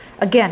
Again